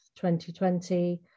2020